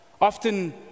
Often